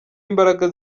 imbaraga